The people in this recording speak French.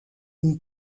une